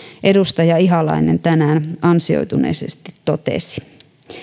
edustaja ihalainen tänään ansioituneesti totesi